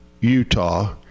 Utah